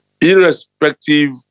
Irrespective